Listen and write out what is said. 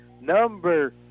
Number